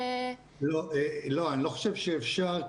לא, אני לא חושב שאפשר.